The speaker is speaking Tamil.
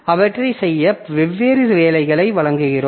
அவற்றைச் செய்ய வெவ்வேறு வேலைகளை வழங்குகிறோம்